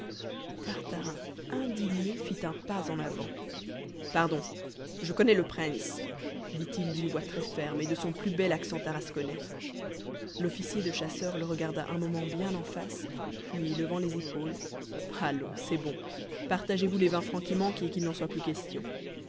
tartarin indigné fit un pas en avant pardon je connais le préince dit-il d'une voix très ferme et de son plus bel accent tarasconnais l'officier de chasseurs le regarda un moment bien en face puis levant les épaules allons c'est bon partagez-vous les vingt francs qui manquent et qu'il n'en soit plus question